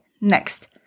next